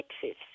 Texas